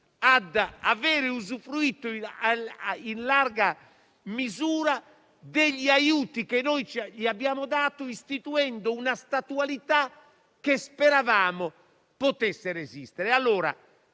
ad avere usufruito in larga misura degli aiuti che noi abbiamo dato loro istituendo una statualità che speravamo potesse resistere.